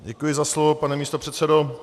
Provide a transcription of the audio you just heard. Děkuji za slovo, pane místopředsedo.